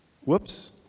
Whoops